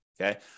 Okay